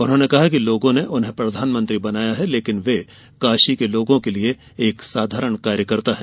उन्होंने कहा कि लोगों ने उन्हें प्रधानमंत्री बनाया है लेकिन वे काशी के लोगों के लिए एक साधारण कार्यकर्ता हैं